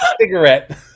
cigarette